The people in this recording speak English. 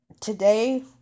Today